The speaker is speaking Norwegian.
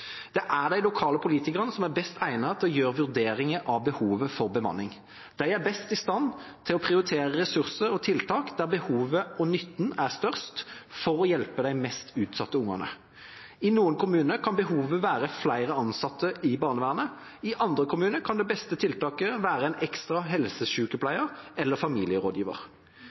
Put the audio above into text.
Det er de lokale politikerne som er best egnet til å gjøre vurderinger av behovet for bemanning. De er best i stand til å prioritere ressurser og tiltak der behovet og nytten er størst – for å hjelpe de mest utsatte barna. I noen kommuner kan behovet være flere ansatte i barnevernet, i andre kommuner kan det beste tiltaket være en ekstra helsesykepleier eller en familierådgiver.